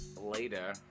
later